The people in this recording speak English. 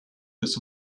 this